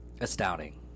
astounding